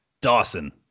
Dawson